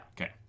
Okay